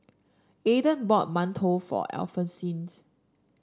Ayden bought mantou for Alphonsines